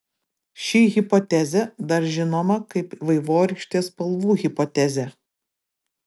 ši hipotezė dar žinoma kaip vaivorykštės spalvų hipotezė